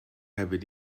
hefyd